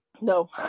No